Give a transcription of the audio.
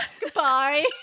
Goodbye